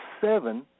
seven